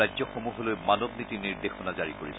ৰাজ্যসমূহলৈ মানৱ নীতি নিৰ্দেশনা জাৰি কৰিছে